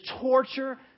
torture